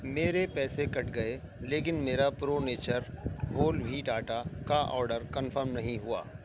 میرے پیسے کٹ گئے لیکن میرا پرونیچر ہول وہیٹ آٹا کا آرڈر کنفرم نہیں ہوا